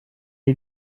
est